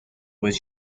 was